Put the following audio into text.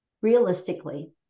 realistically